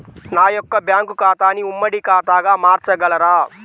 నా యొక్క బ్యాంకు ఖాతాని ఉమ్మడి ఖాతాగా మార్చగలరా?